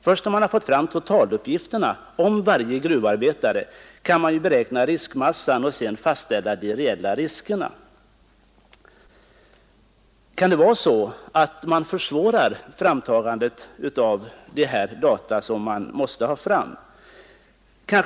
Först när man har fått fram totaluppgifterna om varje gruvarbetare kan man beräkna riskmassan och sedan fastställa de reella riskerna. Kan det vara så att framtagandet av de data som är nödvändiga försvåras?